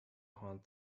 haunt